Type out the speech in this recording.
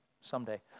someday